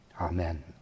Amen